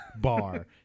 bar